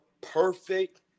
perfect